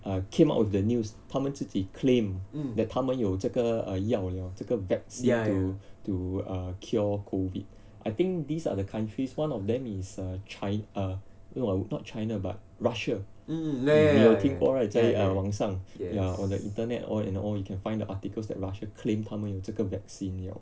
err came up with the news 他们自己 claim that 他们有这个药了这个 vaccine to to err cure COVID I think these are the countries one of them is uh chi~ ah no not china but russia 你有听过 right 在网上 ya on the internet or and all you can find the articles that russia claimed 他们有这个 vaccine yup